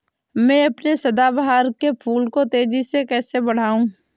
मैं अपने सदाबहार के फूल को तेजी से कैसे बढाऊं?